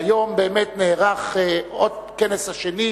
היום באמת נערך הכנס השני,